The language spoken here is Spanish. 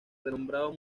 renombrado